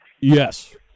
Yes